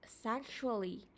sexually